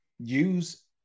use